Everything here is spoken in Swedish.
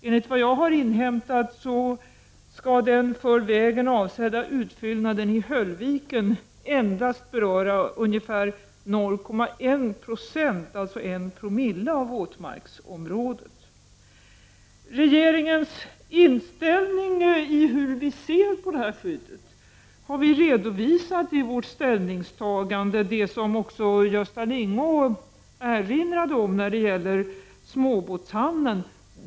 Enligt vad jag har inhämtat skall den för vägen avsedda utfyllnaden i Höllviken endast beröra ungefär 0,1 96, dvs. 1Xo, av våtmarksområdet. Hur regeringen ser på det här skyddet har vi redovisat i vårt ställningstagande — som också Gösta Lyngå erinrade om — när det gäller småbåtshamnen.